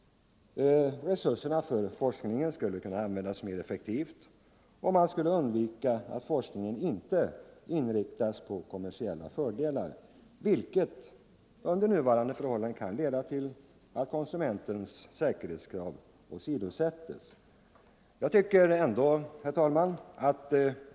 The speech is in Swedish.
Resurserna för forskningen skulle kunna användas mer effektivt och man skulle undvika att forskningen inriktades på kommersiella fördelar, vilket under nuvarande förhållanden kan leda till att konsumentens säkerhetskrav åsidosätts. Herr talman!